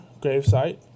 gravesite